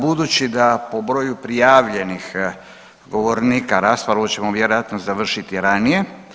Budući da po broju prijavljenih govornika raspravu ćemo vjerojatno završiti ranije.